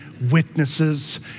witnesses